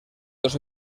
dos